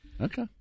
Okay